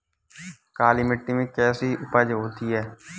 काली मिट्टी में कैसी उपज होती है?